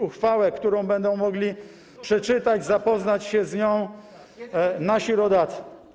Uchwałę, którą będą mogli przeczytać, zapoznać się z nią nasi rodacy.